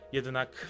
Jednak